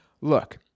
look